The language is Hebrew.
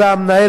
המנהלת,